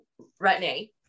retin-A